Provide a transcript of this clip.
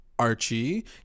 Archie